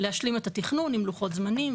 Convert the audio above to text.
להשלים את התכנון עם לוחות זמנים,